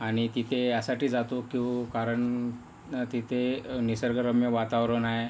आणि तिथे यासाठी जातो की कारण तिथे निसर्गरम्य वातावरण आहे